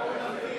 להלן: